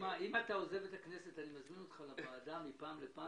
זה היה דבר